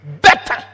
Better